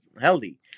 healthy